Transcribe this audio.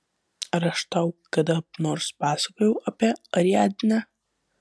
ar aš tau kada nors pasakojau apie ariadnę